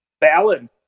balance